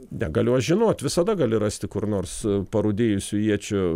negaliu aš žinot visada gali rasti kur nors parūdijusių iečių